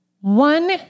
one